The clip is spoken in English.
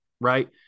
right